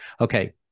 Okay